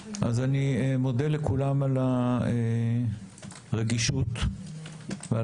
אז אני מודה לכולם על הרגישות ועל